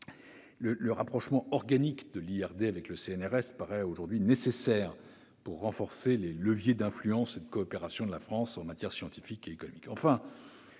Le rapprochement organique de l'IRD avec le CNRS apparaît aujourd'hui nécessaire pour renforcer les leviers d'influence et de coopération de la France en matière scientifique et économique.